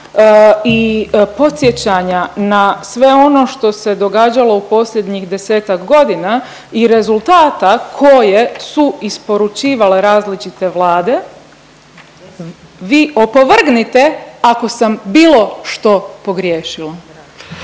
i podsjećanja na sve ono što se događalo u posljednjih desetak godina i rezultata koje su isporučivale različite vlade vi opovrgnite ako sam bilo što pogriješila.